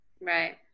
Right